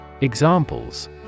Examples